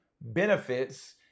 benefits